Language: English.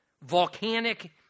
volcanic